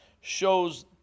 shows